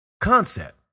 concept